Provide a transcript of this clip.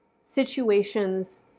situations